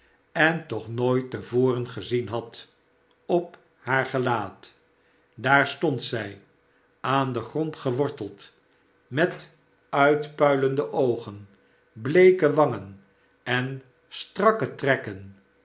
en toch nooit te voren gezien had op haar gelaat daar stond zij aan den grond geworteld met uitpuilende oogen bleeke wangen en strakke trekken